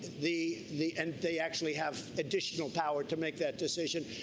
the the and they actually have additional power to make that decision.